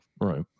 Right